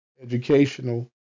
educational